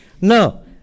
No